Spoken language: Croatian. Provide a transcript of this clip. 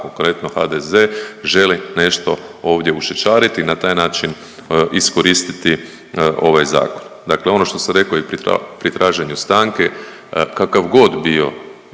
konkretno HDZ želi nešto ovdje ušićariti i na taj način iskoristiti ovaj zakon. Dakle, ono što sam rekao i pri traženju stanke kakav god bio